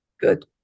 Good